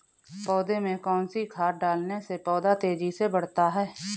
पौधे में कौन सी खाद डालने से पौधा तेजी से बढ़ता है?